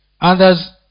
Others